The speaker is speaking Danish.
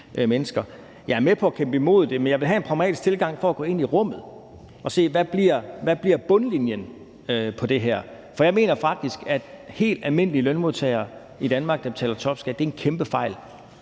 mennesker. Jeg er med på at kæmpe imod det, men jeg vil have en pragmatisk tilgang for at gå ind i rummet og se, hvad bundlinjen bliver på det her, for jeg mener faktisk, at det er en kæmpefejl, at helt almindelige lønmodtagere i Danmark betaler topskat. Nu havde vi